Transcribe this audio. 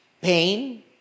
pain